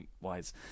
wise